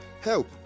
help